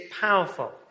powerful